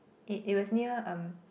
it it was near um